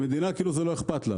זה כאילו למדינה לא אכפת.